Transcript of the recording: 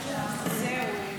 התשפ"ד 2024,